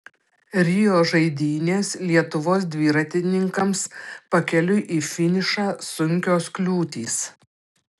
rio žaidynės lietuvos dviratininkams pakeliui į finišą sunkios kliūtys